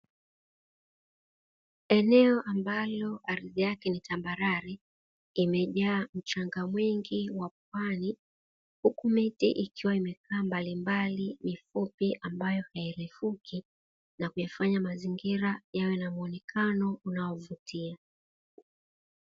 Eneo ambalo ardhi yake ni tambarare imejaa mchanga mwingi wa pwani huku miti ikiwa imekaa mbalimbali, mifupi ambayo hairefuki na kuyafanya mazingira yawe na muonekano unaovutia.